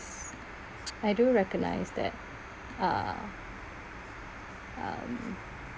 I do recognise that uh um